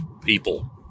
people